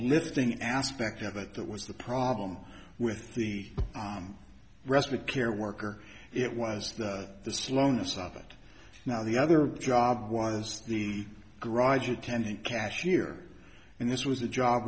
lifting aspect of it that was the problem with the aam respite care worker it was the slowness of it now the other job was the garage attendant cashier and this was a job